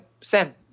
Sam